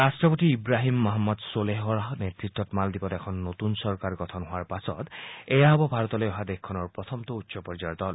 ৰট্টপতি ইৱাহীম মহম্মদ ছোলেহৰ নেতৃত্বত মালদ্বীপত এখন নতুন চৰকাৰ গঠন হোৱাৰ পাছত এয়া হ'ব ভাৰতলৈ অহা দেশখনৰ প্ৰথমটো উচ্চ পৰ্যায়ৰ দল